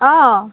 অঁ